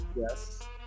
Yes